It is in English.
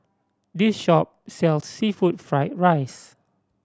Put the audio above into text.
this shop sell seafood fried rice